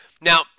Now